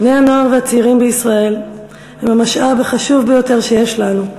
בני-הנוער והצעירים בישראל הם המשאב החשוב ביותר שיש לנו.